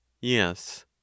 yes